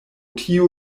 tiu